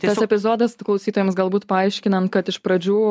tas epizodas klausytojams galbūt paaiškinam kad iš pradžių